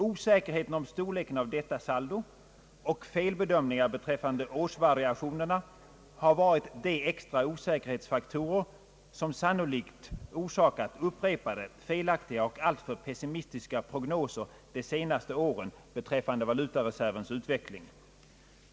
Osäkerheten om storleken av detta saldo och felbedömningar beträffande årsvariationerna har varit de extra osäkerhetsfaktorer, som sannolikt orsakat upprepade felaktiga och alltför pessimistiska prognoser de senaste åren beträffande valutareservens utveckling.